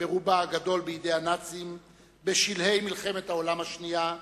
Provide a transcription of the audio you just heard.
ברובה הגדול בידי הנאצים בשלהי מלחמת העולם השנייה,